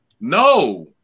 No